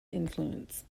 influence